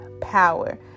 power